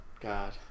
God